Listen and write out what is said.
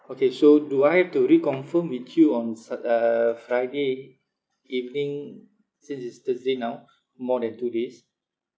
okay so do I have to reconfirm with you on sat~ uh friday evening since it's thursday now more than two days